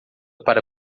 para